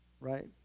right